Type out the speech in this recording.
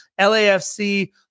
LAFC